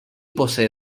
posee